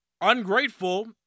Ungrateful